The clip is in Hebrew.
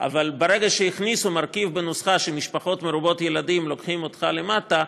אבל ברגע שהכניסו מרכיב בנוסחה שמשפחות מרובות ילדים לוקחות אותך למטה,